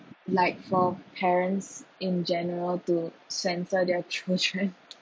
like for parents in general to censor their children